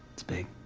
it's big.